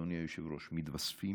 אדוני היושב-ראש, מתווספות